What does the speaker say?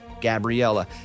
Gabriella